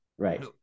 right